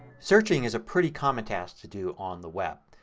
searching is a pretty common task to do on the web.